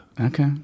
Okay